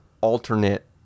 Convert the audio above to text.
alternate